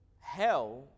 hell